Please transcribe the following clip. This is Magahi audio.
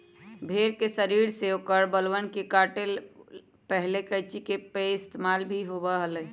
भेड़ के शरीर से औकर बलवन के काटे ला पहले कैंची के पइस्तेमाल ही होबा हलय